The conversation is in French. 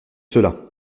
cela